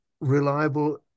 reliable